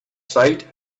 sight